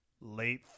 late